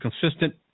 consistent